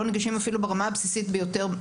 לא נגישים אפילו ברמה הבסיסית ביותר,